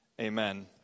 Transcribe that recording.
Amen